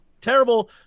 terrible